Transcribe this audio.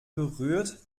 berührt